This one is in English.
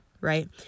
right